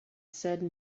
said